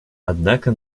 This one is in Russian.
однако